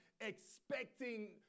expecting